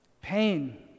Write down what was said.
pain